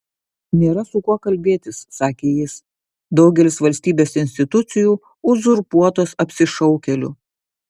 nėra su kuo kalbėtis sakė jis daugelis valstybės institucijų uzurpuotos apsišaukėlių